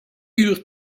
uur